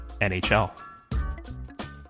NHL